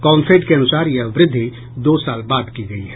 काम्फेड के अनुसार यह वृद्धि दो साल बाद की गयी है